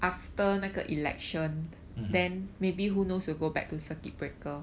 mm